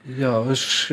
jo aš